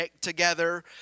together